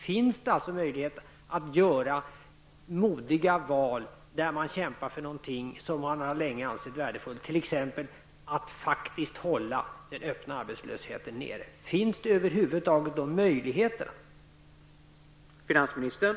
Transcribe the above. Finns det möjlighet att göra modiga val och kämpa för något som man länge har ansett värdefullt, t.ex. att faktiskt hålla den öppna arbetslösheten på en låg nivå? Finns dessa möjligheter över huvud taget?